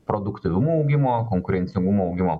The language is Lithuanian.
produktyvumo augimo konkurencingumo augimo